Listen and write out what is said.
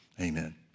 Amen